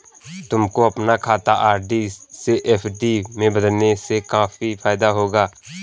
तुमको अपना खाता आर.डी से एफ.डी में बदलने से काफी फायदा होगा